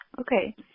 Okay